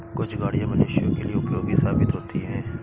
कुछ गाड़ियां मनुष्यों के लिए उपयोगी साबित होती हैं